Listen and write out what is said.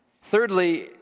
Thirdly